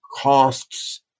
costs